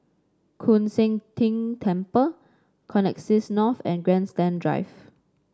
Koon Seng Ting Temple Connexis North and Grandstand Drive